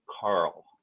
Carl